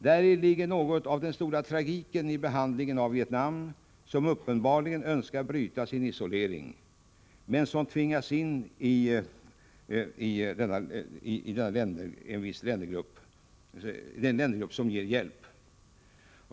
Däri ligger något av den stora tragiken i behandlingen av Vietnam, som uppenbarligen önskar bryta sin isolering men som tvingas in i den ländergrupp som ger hjälp.